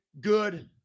good